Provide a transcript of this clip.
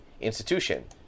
institution